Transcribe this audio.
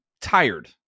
tired